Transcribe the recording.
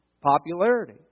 popularity